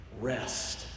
Rest